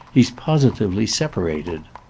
he's positively separated.